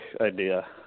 idea